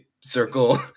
circle